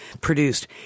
produced